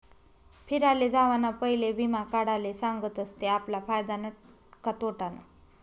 फिराले जावाना पयले वीमा काढाले सांगतस ते आपला फायदानं का तोटानं